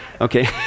Okay